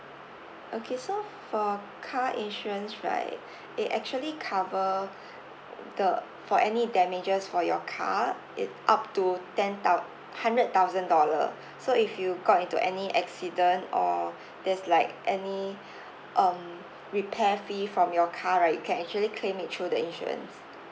okay so for car insurance right it actually cover the for any damages for your car it up to ten thou~ hundred thousand dollar so if you got into any accident or there's like any um repair fee from your car right you can actually claim it through the insurance